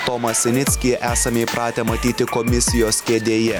tomą sinickį esame įpratę matyti komisijos kėdėje